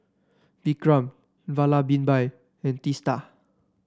Vikram Vallabhbhai and Teesta